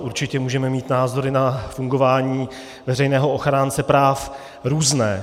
Určitě můžeme mít názory na fungování veřejného ochránce práv různé.